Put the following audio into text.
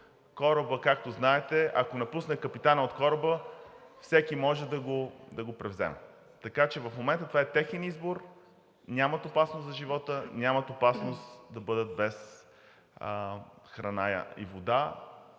корабът, както знаете, ако капитанът напусне кораба, всеки може да го превземе. Така че в момента това е техен избор, нямат опасност за живота, нямат опасност да бъдат без храна и вода